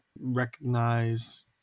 recognize